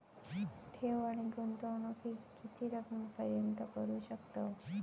ठेव आणि गुंतवणूकी किती रकमेपर्यंत करू शकतव?